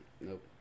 Nope